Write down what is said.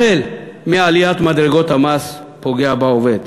החל מעליית מדרגות המס, פוגע בעובד,